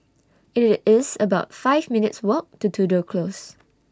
IT IS about five minutes' Walk to Tudor Close